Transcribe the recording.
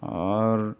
اور